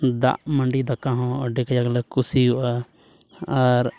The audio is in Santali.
ᱫᱟᱜ ᱢᱟᱹᱰᱤ ᱫᱟᱠᱟ ᱦᱚᱸ ᱟᱹᱰᱤ ᱠᱟᱡᱟᱠ ᱞᱮ ᱠᱩᱥᱤᱣᱟᱜᱼᱟ ᱟᱨ